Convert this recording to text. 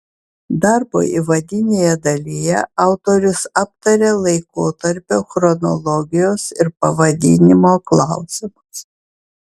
darbo įvadinėje dalyje autorius aptaria laikotarpio chronologijos ir pavadinimo klausimus